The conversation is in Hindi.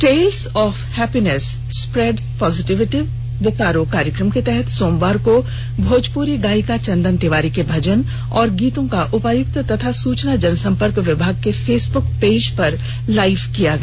tales of happiness spread positivity Bokaro कार्यक्रम के तहत सोमवार को भोजपुरी गायिका चंदन तिवारी के भजन और गीतों का उपायुक्त और सूचना जनसंपर्क विभाग के फेसबुक पेज पर लाइव किया गया